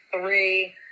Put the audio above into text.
three